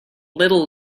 little